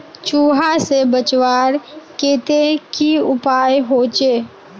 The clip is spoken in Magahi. चूहा से बचवार केते की उपाय होचे?